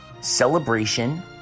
celebration